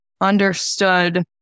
understood